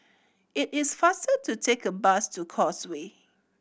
it is faster to take a bus to Causeway